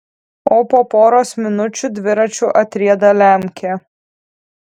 o po poros minučių dviračiu atrieda lemkė